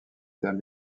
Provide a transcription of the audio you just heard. terres